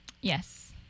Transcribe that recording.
Yes